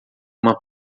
uma